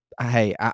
Hey